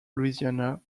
louisiana